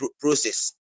process